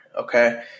Okay